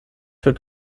wird